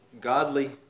Godly